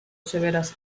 severas